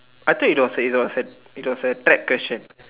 I thought it was a it was a it was a trap question